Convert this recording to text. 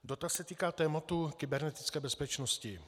Dotaz se týká tématu kybernetické bezpečnosti.